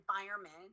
environment